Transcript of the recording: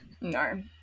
no